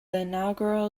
inaugural